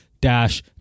dash